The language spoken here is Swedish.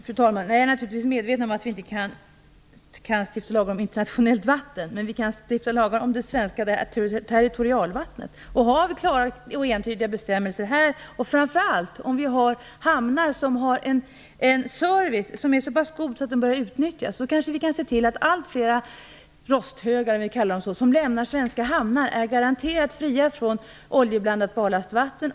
Fru talman! Naturligtvis är jag medveten om att vi inte kan stifta lagar om internationellt vatten, men vi kan stifta lagar om det svenska territorialvattnet. Har vi klara och entydiga bestämmelser här och om vi framför allt har hamnar som har en service som är så pass god att den bör utnyttjas, kanske vi kan se till att allt flera "rösthögar" som lämnar svenska hamnar är garanterat fria från oljeblandat barlastvatten.